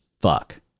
fuck